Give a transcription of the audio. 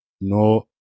no